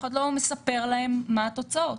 אף אחד לא מספר להם מה התוצאות.